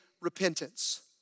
repentance